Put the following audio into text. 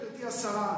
גברתי השרה,